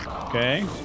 Okay